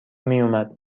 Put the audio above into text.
میومد